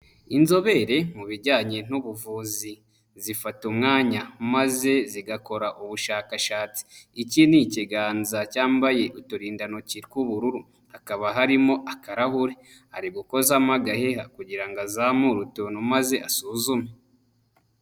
Inzobere mu bijyanye n'ubuvuzi, zifata umwanya maze zigakora ubushakashatsi. Iki ni ikiganza cyambaye uturindantoki tw'ubururu, hakaba harimo akarahuri. Ari gukozamo agaheha kugira ngo azamure utuntu maze asuzume.